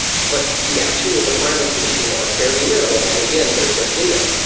but the actual requirements for the schema are fairly minimal and, again, they're just data.